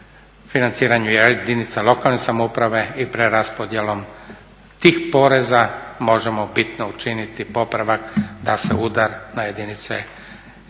financiranju jedinica lokalne samouprave i preraspodjelom tih poreza možemo bitno učiniti popravak da se udar na jedinice Gorskog